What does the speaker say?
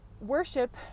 worship